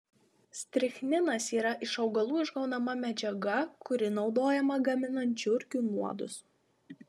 strichninas yra iš augalų išgaunama medžiaga kuri naudojama gaminant žiurkių nuodus